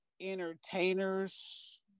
entertainers